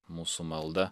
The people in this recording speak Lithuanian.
mūsų malda